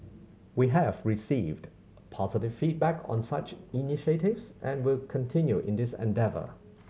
we have received positive feedback on such initiatives and will continue in this endeavour